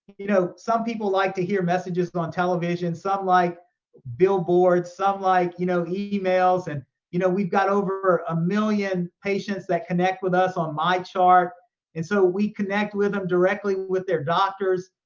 you know some people like to hear messages on television, some like billboards, some like you know emails, and you know we've got over a million patients that connect with us on mychart. and so we connect with them directly with their doctors.